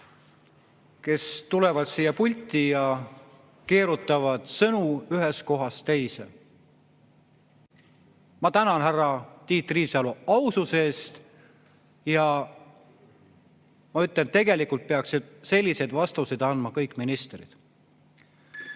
kes tulevad siia pulti ja keerutavad sõnu ühest kohast teise. Ma tänan härra Tiit Riisalo aususe eest ja ma ütlen, et tegelikult peaksid selliseid vastuseid andma kõik ministrid. Aga